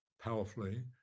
powerfully